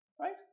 Right